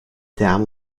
dam